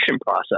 process